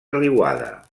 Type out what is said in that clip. riuada